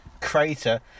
crater